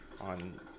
on